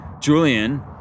Julian